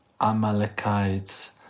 Amalekites